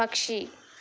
పక్షి